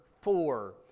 four